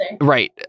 Right